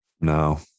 No